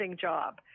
job